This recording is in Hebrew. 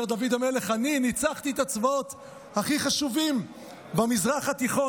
אומר דוד המלך: אני ניצחתי את הצבאות הכי חשובים במזרח התיכון.